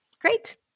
Great